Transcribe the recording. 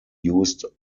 used